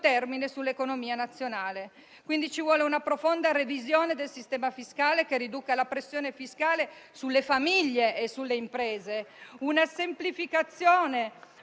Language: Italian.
termine sull'economia nazionale. Quindi, ci vogliono una profonda revisione del sistema fiscale che riduca la pressione fiscale sulle famiglie e sulle imprese; una semplificazione